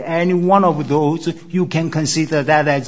and one of those if you can consider that as